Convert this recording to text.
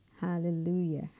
Hallelujah